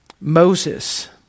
Moses